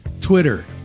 twitter